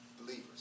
believers